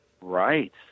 Right